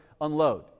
unload